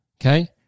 okay